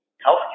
health